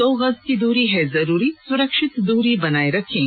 दो गज की दूरी है जरूरी सुरक्षित दूरी बनाए रखें